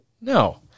No